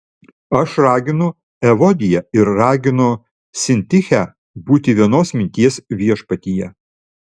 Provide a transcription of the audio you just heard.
aš raginu evodiją ir raginu sintichę būti vienos minties viešpatyje